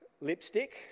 Lipstick